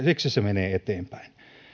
siksi se menee eteenpäin